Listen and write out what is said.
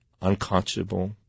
unconscionable